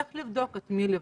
איך לבדוק, את מי לבדוק,